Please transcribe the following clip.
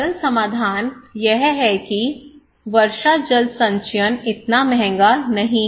सरल समाधान यह है कि वर्षा जल संचयन इतना महंगा नहीं है